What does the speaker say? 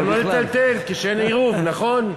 גם לא לטלטל כשאין עירוב, נכון.